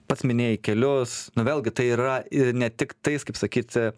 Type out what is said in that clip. pats minėjai kelius na vėlgi tai yra ne tiktais kaip sakyt